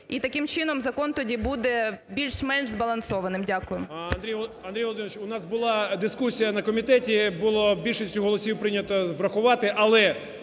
І таким чином закон тоді буде більш-менш збалансованим. Дякую. 18:08:30 КОЖЕМ’ЯКІН А.А. Андрій Володимирович, у нас була дискусія на комітету, було більшістю голосів прийнято врахувати, але